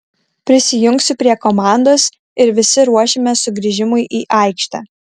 prisijungsiu prie komandos ir visi ruošimės sugrįžimui į aikštę